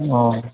औ